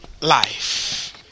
life